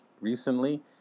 recently